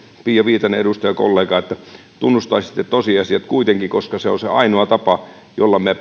pia viitanen edustajakollegani että tunnustaisitte tosiasiat kuitenkin koska se on se ainoa tapa jolla me